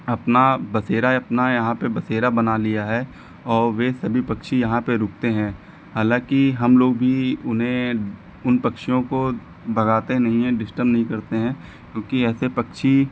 अपना बसेरा अपना यहाँ पर बसेरा बना लिया है और वह सभी पक्षी यहाँ पर रुकते हैं हालांकि हम लोग भी उन्हें उन पक्षियों को भगाते नहीं है डिस्टब नहीं करते हैं क्योंकि ऐसे पक्षी